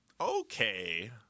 okay